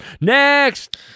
Next